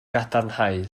gadarnhau